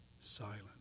silent